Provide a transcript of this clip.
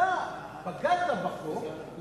אתה פגעת בחוק.